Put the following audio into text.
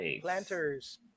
planters